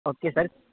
okay sir